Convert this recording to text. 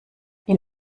ihn